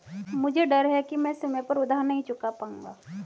मुझे डर है कि मैं समय पर उधार नहीं चुका पाऊंगा